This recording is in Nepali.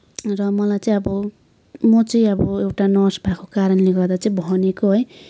र मलाई चाहिँ अब म चाहिँ अब एउटा नर्स भएको कारणले गर्दा चाहिँ भनेको है